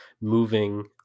moving